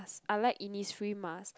I like Innisfree mask